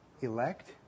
Elect